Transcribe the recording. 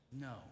No